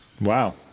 Wow